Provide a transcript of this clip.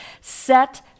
set